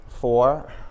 four